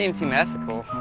seem seem ethical,